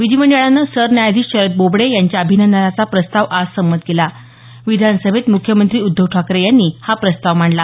विधीमंडळानं सरन्यायाधीश शरद बोबडे यांच्या अभिनंदनाचा प्रस्ताव आज संमत केला विधानसभेत मुख्यमंत्री उद्धव ठाकरे यांनी हा प्रस्ताव मांडला